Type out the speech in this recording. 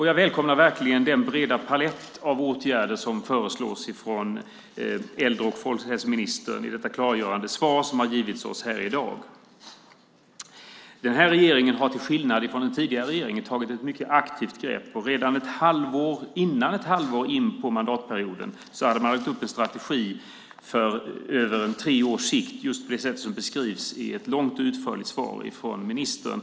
Jag välkomnar verkligen den breda palett av åtgärder som äldre och folkhälsoministern föreslår i det klargörande svar som vi har fått här i dag. Den här regeringen har, till skillnad från den tidigare regeringen, tagit ett mycket aktivt grepp. Redan i början på mandatperioden hade man lagt upp en strategi på tre års sikt på det sätt som beskrivs i ett långt och utförligt svar från ministern.